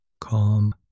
Calm